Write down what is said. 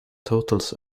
totals